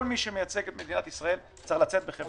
כל מי שמייצג את מדינת ישראל צריך לצאת בחברה ישראלית.